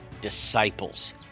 disciples